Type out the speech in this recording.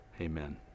Amen